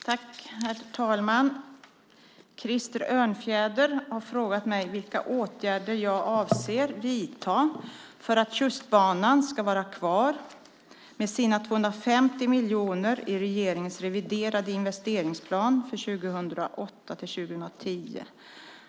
Herr talman! Krister Örnfjäder har frågat mig vilka åtgärder jag avser att vidta för att Tjustbanan ska vara kvar med sina 250 miljoner i regeringens reviderade investeringsplan för 2008-2010.